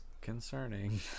concerning